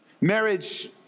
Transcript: Marriage